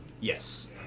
yes